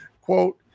Quote